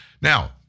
Now